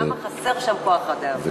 וכמה חסר שם כוח-אדם.